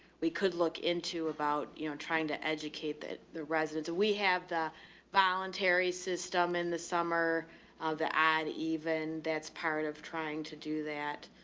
we could look into about, you trying to educate that the residents, we have the voluntary system in the summer of the ad even that's part of trying to do that.